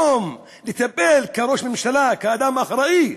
כראש הממשלה, כאדם אחראי,